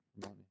money